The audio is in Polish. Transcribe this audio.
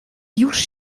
już